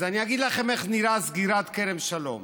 אז אני אגיד לכם איך נראית סגירת כרם שלום.